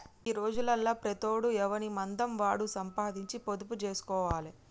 గీ రోజులల్ల ప్రతోడు ఎవనిమందం వాడు సంపాదించి పొదుపు జేస్కోవాలె